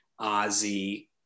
Ozzy